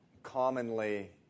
commonly